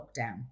lockdown